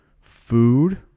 food